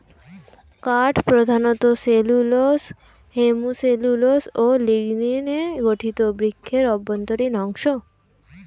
কাঠ প্রধানত cellulose, hemicellulose ও লিগনিনে গঠিত বৃক্ষের অভ্যন্তরীণ অংশ